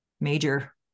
major